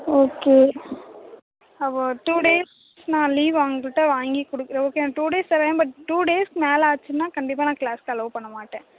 okay அப்போ two days நான் லீவு அவங்க கிட்ட வாங்கி கொடுக்குறேன் ஓகே நான் டூ டேஸ் தரேன் பட் டூ டேஸ்க்கு மேலே ஆச்சுன்னா கண்டிப்பாக நான் கிளாஸுக்கு அலோவ் பண்ண மாட்டேன்